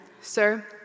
Sir